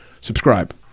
Subscribe